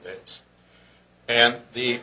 days and the